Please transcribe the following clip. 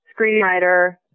screenwriter